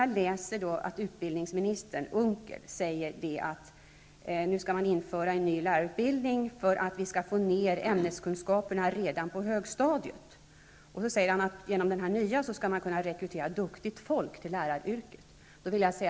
Jag läste att utbildningsminister Unckel sade att man skall införa en ny lärarutbildning för att vi skall få ner ämneskunskaper redan på högstadiet. Han sade vidare att man härigenom skall kunna rekrytera duktigt folk till läraryrket.